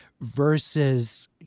versus